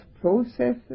processes